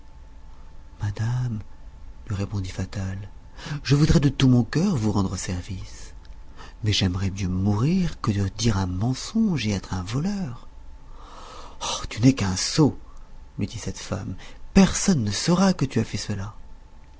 madame lui répondit fatal je voudrais de tout mon cœur vous rendre service mais j'aimerais mieux mourir que de dire un mensonge et être un voleur tu n'es qu'un sot lui dit cette femme personne ne saura que tu as fait cela